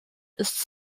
ist